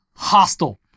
hostile